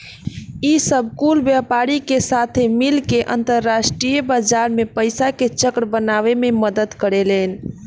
ई सब कुल व्यापारी के साथे मिल के अंतरास्ट्रीय बाजार मे पइसा के चक्र बनावे मे मदद करेलेन